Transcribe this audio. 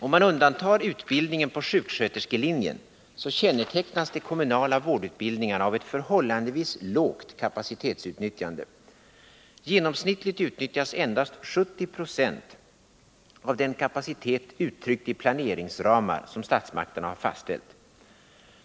Om man undantar utbildningen på sjuksköterskelinjen, kännetecknas de kommunala vårdutbildningarna av ett förhållandevis lågt kapacitetsutnyttjande. Genomsnittligt utnyttjas endast 70 20 av den kapacitet uttryckt i planeringsramar som statsmakterna har fastställt.